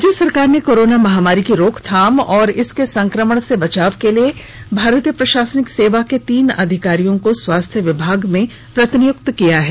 राज्य सरकार ने कोरोना महामारी की रोकथाम और इसके संकमण से बचाव के लिए भारतीय प्रशासनिक सेवा के तीन अधिकारियों को स्वास्थ्य विभाग में प्रतिनियुक्त किया है